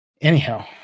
Anyhow